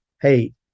Hey